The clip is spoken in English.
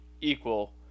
equal